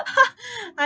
I